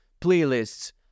playlists